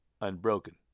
unbroken